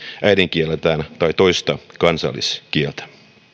äidinkieltään tai toista kansalliskieltä